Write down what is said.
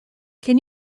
can